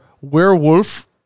werewolf